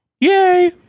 Yay